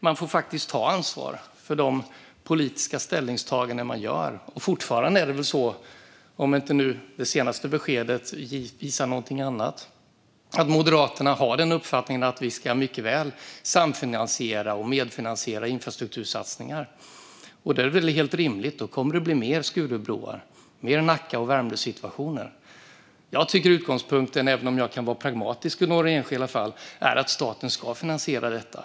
Man får faktiskt ta ansvar för de politiska ställningstaganden man gör. Fortfarande är det väl så, om inte det senaste beskedet visar någonting annat, att Moderaterna har uppfattningen att vi mycket väl kan samfinansiera och medfinansiera infrastruktursatsningar. Då är det väl helt rimligt att tänka sig att vi får fler Skurubroar, fler Nacka och Värmdösituationer. Jag tycker att utgångspunkten, även om jag kan vara pragmatisk i några enskilda fall, är att staten ska finansiera detta.